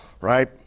right